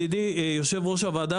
רבתי איתם כמו שוק,